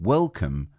Welcome